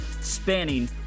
spanning